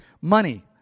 Money